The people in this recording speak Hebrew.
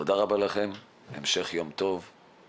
תודה רבה לכם, המשך יום טוב ובהצלחה.